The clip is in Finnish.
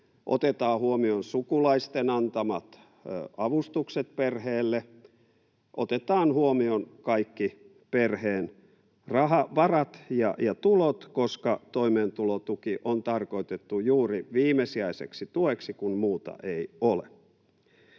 otetaan huomioon sukulaisten antamat avustukset perheelle. Otetaan huomioon kaikki perheen rahavarat ja tulot, koska toimeentulotuki on tarkoitettu juuri viimesijaiseksi tueksi, kun muuta ei ole.